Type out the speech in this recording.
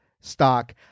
stock